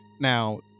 Now